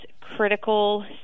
critical